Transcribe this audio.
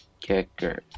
kicker